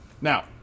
Now